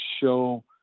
show